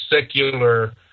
secular